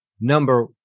number